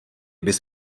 bys